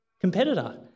competitor